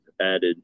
added